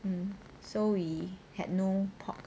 um so we had no pork